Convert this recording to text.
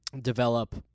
develop